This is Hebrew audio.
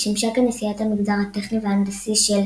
שימשה כנשיאת המגזר הטכני וההנדסי של